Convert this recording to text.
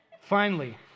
Finally